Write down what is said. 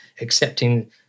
accepting